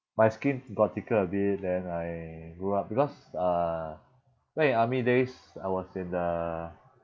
my skin got thicker a bit then I grew up because uh back in army days I was in the